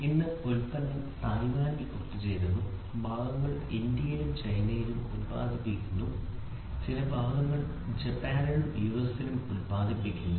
ഇന്ന് ഉൽപ്പന്നം തായ്വാനിൽ ഒത്തുചേരുന്നു ഭാഗങ്ങൾ ഇന്ത്യയിലും ചൈനയിലും ഉൽപാദിപ്പിക്കുന്നു ചില ഭാഗങ്ങൾ ജപ്പാനിലും യുഎസ്എയിലും ഉൽപാദിപ്പിക്കുന്നു